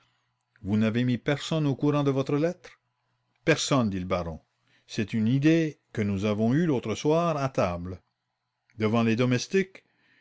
vous n'avez mis personne au courant de votre lettre personne dit le baron c'est une idée que nous avons eue l'autre soir à table devant les domestiques